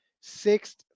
sixth